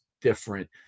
different